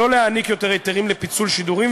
שלא להעניק יותר היתרים לפיצול שידורים,